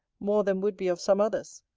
more than would be of some others.